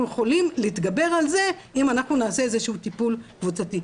יכולים להתגבר על זה אם נעשה איזה שהוא טיפול קבוצתי.